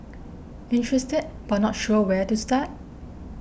interested but not sure where to start